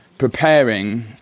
preparing